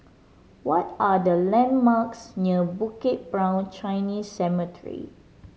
what are the landmarks near Bukit Brown Chinese Cemetery